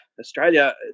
Australia